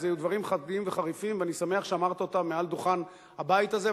אלה דברים חדים וחריפים ואני שמח שאמרת אותם מעל דוכן הבית הזה,